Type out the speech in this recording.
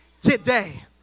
today